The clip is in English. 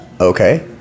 Okay